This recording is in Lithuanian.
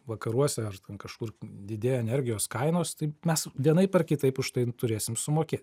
vakaruose ar ten kažkur didėjo energijos kainos taip mes vienaip ar kitaip už tai turėsim sumokėt